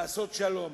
לעשות שלום.